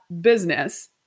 business